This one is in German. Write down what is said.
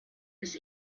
ist